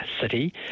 city